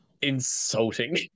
insulting